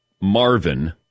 Marvin